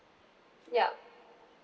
yup